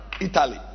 Italy